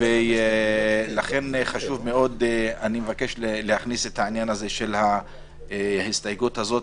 ולכן אני מבקש להכניס את העניין הזה של ההסתייגות הזאת.